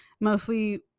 mostly